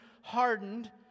hardened